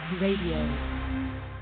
Radio